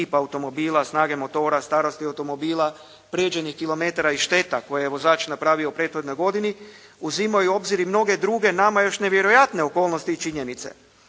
tipa automobila, snage motora, starosti automobila, prijeđenih kilometara i šteta koje je vozač napravio u prethodnoj godini uzimao je u obzir i mnoge druge, nama još nevjerojatne okolnosti i činjenice,